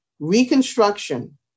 Reconstruction